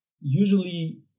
Usually